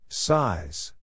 Size